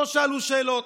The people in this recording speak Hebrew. לא שאלו שאלות.